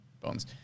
Bones